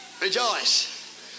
Rejoice